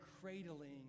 cradling